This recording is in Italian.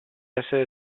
essere